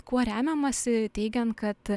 kuo remiamasi teigiant kad